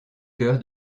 cœur